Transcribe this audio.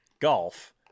Golf